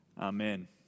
amen